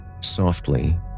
Softly